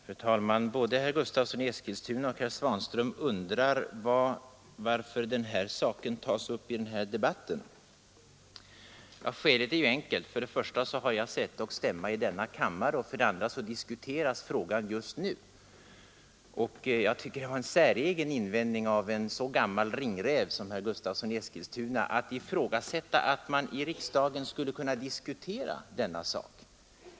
Fru talman! Både herr Gustavsson i Eskilstuna och herr Svanström undrar varför frågan om vapenfrilagens tillämpning tas upp i den här debatten. Ja, skälet är ju enkelt. För det första har jag säte och stämma i denna kammare och för det andra diskuteras frågan just nu! Jag tycker det var en säregen invändning av en så gammal ringräv som herr Gustavsson i Eskilstuna att ifrågasätta att man i riksdagen skulle kunna diskutera denna sak.